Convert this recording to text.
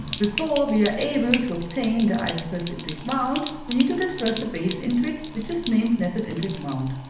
before we are able to obtain the icebreath indrik mount we need to get first the base indrik, which is named nascent indrik mount.